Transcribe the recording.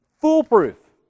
Foolproof